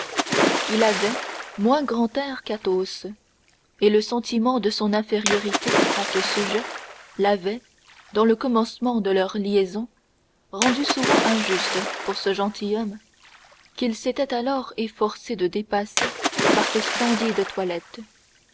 il avait moins grand air qu'athos et le sentiment de son infériorité à ce sujet l'avait dans le commencement de leur liaison rendu souvent injuste pour ce gentilhomme qu'il s'était alors efforcé de dépasser par ses splendides toilettes